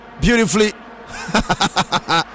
beautifully